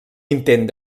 intent